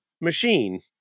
machine